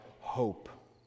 hope